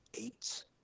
eight